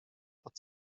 pod